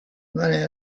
running